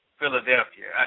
Philadelphia